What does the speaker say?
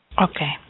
Okay